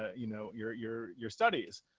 you know, your, your, your studies.